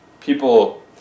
people